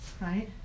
right